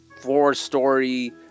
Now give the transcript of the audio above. four-story